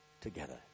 together